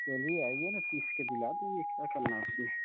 चलिए आइए न तीस के दिला देंगे क्या करना है उसमें